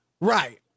Right